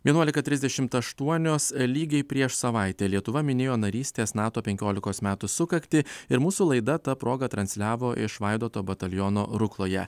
vienuolika trisdešimt aštuonios lygiai prieš savaitę lietuva minėjo narystės nato penkiolikos metų sukaktį ir mūsų laida ta proga transliavo iš vaidoto bataliono rukloje